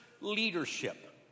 leadership